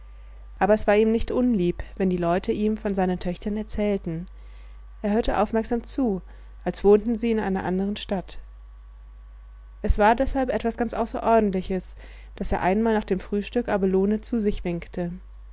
aber es war ihm nicht unlieb wenn die leute ihm von seinen töchtern erzählten er hörte aufmerksam zu als wohnten sie in einer anderen stadt es war deshalb etwas ganz außerordentliches daß er einmal nach dem frühstück abelone zu sich winkte